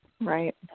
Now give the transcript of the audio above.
right